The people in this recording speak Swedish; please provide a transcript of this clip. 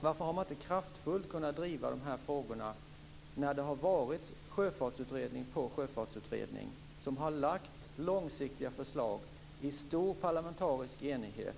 Varför har man inte kraftfullt kunnat driva frågorna? Sjöfartsutredning efter sjöfartsutredning har lagt fram långsiktiga förslag i stor parlamentarisk enighet.